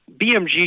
BMG